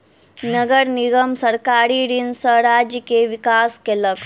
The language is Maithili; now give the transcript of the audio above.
नगर निगम सरकारी ऋण सॅ राज्य के विकास केलक